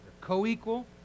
co-equal